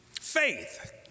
faith